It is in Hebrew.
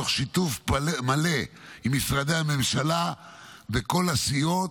תוך שיתוף מלא עם משרדי הממשלה וכל הסיעות.